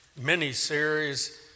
mini-series